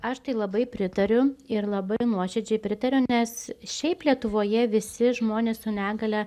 aš tai labai pritariu ir labai nuoširdžiai pritariu nes šiaip lietuvoje visi žmonės su negalia